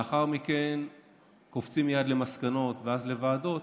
לאחר מכן קופצים מייד למסקנות ואז לוועדות,